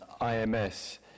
IMS